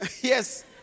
Yes